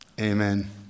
Amen